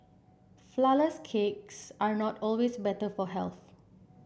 flourless cakes are not always better for health